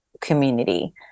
community